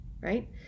right